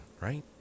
right